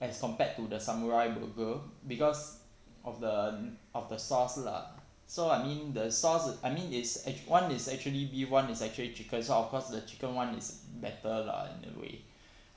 as compared to the samurai burger because of the of the sauce lah so I mean the sauce I mean it's actu~ [one] is actually beef [one] is actually chickens so of course the chicken [one] is better lah in a way